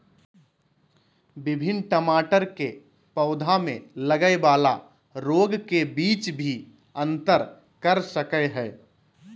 विभिन्न टमाटर के पौधा में लगय वाला रोग के बीच भी अंतर कर सकय हइ